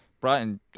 Brighton